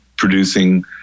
producing